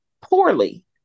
poorly